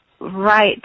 right